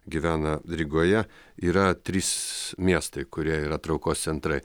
gyvena rygoje yra trys miestai kurie yra traukos centrai